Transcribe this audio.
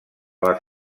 les